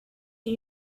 you